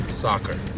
Soccer